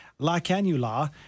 lacanula